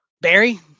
Barry